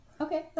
okay